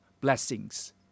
blessings